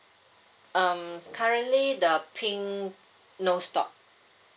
um currently the pink no stock